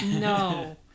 No